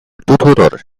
tuturor